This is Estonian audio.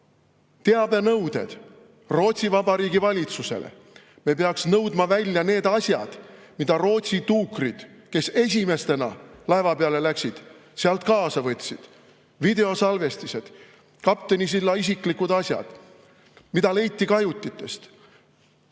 teabenõude Rootsi Vabariigi valitsusele. Me peaks nõudma välja need asjad, mida Rootsi tuukrid, kes esimestena laeva peale läksid, sealt kaasa võtsid, videosalvestised, kaptenisillalt [leitud] isiklikud asjad, [asjad,] mis leiti kajutitest,